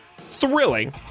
thrilling